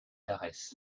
dares